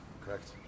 correct